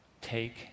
take